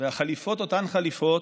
והחליפות אותן חליפות,